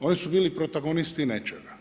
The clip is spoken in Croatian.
oni su bili protagonisti nečega.